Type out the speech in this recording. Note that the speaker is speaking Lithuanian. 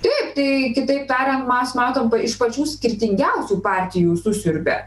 taip tai kitaip tariant mes matom iš pačių skirtingiausių partijų susiurbia